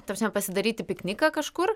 ta prasme pasidaryti pikniką kažkur